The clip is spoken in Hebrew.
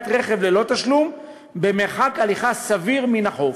רכב ללא תשלום במרחק הליכה סביר מן החוף".